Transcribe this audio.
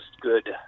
good